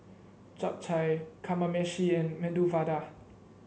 Japchae Kamameshi and Medu Vada